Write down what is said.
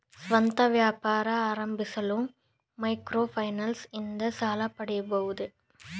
ಸ್ವಂತ ವ್ಯಾಪಾರ ಆರಂಭಿಸಲು ಮೈಕ್ರೋ ಫೈನಾನ್ಸ್ ಇಂದ ಸಾಲ ಪಡೆಯಬಹುದೇ?